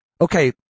okay